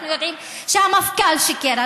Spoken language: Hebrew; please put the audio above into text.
אנחנו יודעים שהמפכ"ל שיקר,